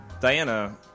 Diana